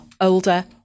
older